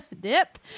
Dip